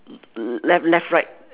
left left right